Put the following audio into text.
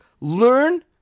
learn